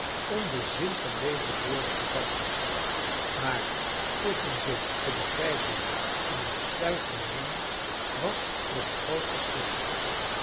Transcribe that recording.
om den zin van deze woorden te vatten maar tusschen ze te begrijpen en een besluit te nemen was nog een groot verschil